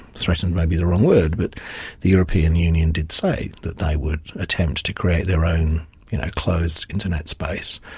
threatened may be the wrong word, but the european union did say that they would attempt to create their own closed internet space,